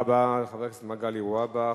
תודה רבה לחבר הכנסת מגלי והבה.